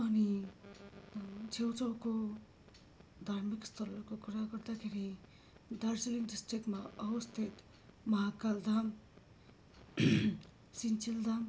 अनि छेउछाउको धार्मिक स्थलहरूको कुरा गर्दाखेरि दार्जिलिङ डिस्ट्रिक्टमा अवस्थित महाकाल धाम सिन्चेल धाम